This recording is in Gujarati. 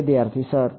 વિદ્યાર્થી સર